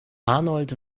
arnold